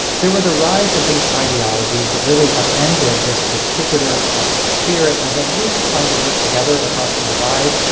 there were the rise of these ideologies that really upended this particular spirit of at least trying to work together across the divide.